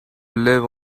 live